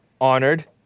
honored